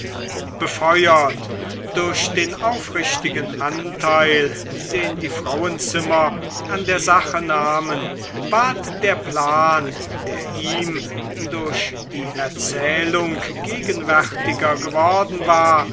befeuert durch den aufrichtigen anteil den die frauenzimmer an der sache nahmen ward der plan der ihm durch die erzählung gegenwärtiger geworden war